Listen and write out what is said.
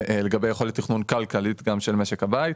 ולגבי יכולת תכנון כלכלית של משק הבית.